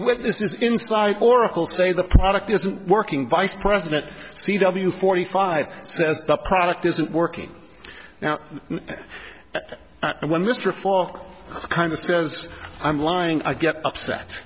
witnesses inside oracle say the product isn't working vice president c w forty five says the product isn't working now and when mr for kind of says i'm lying i get upset